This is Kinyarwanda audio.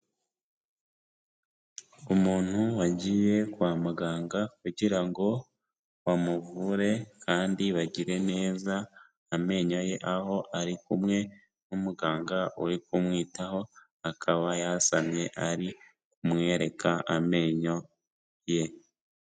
Umuntu wagiye kwa muganga kugira ngo bamuvure kandi bagire neza amenyo ye, aho ari kumwe n'umuganga uri kumwitaho, akaba yasamye ari kumwereka amenyo ye.